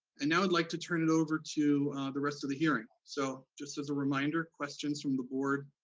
and now, i'd like to turn it over to the rest of the hearing. so just as a reminder, questions from the board,